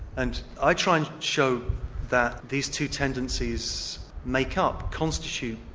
and i try and show that these two tendencies make up, constitute